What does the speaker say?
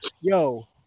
Yo